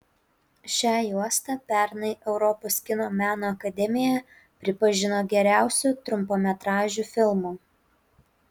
šią juostą pernai europos kino meno akademija pripažino geriausiu trumpametražiu filmu